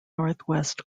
northwest